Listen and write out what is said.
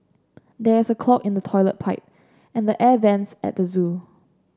there is a clog in the toilet pipe and the air vents at the zoo